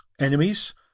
enemies